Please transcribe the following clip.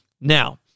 Now